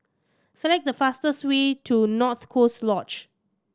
select the fastest way to North Coast Lodge